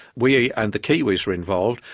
we and the kiwis were involved,